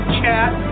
chat